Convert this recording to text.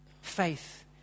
faith